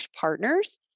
partners